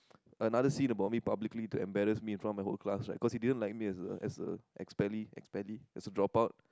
another scen about me publically to embarrass me in front the whole class right he didn't like me as a as a expellee expellee as a dropout